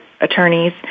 attorneys